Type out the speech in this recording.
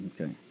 Okay